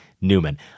Newman